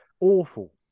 Awful